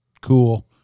cool